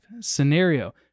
scenario